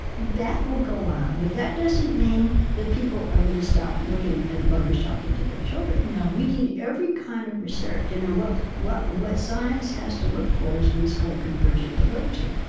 that will go on, but that doesn't mean that people are going to stop looking at mothers talking to their children we need every kind of research. and you know what what science has to look for is what is called convergent validity.